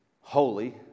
holy